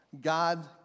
God